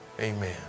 Amen